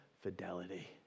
fidelity